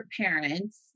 parents